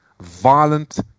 violent